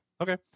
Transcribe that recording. Okay